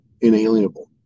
inalienable